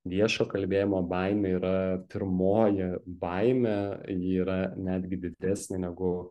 viešo kalbėjimo baimė yra pirmoji baimė ji yra netgi didesnė negu